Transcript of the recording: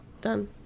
Done